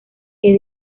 que